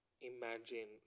imagine